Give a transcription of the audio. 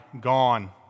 gone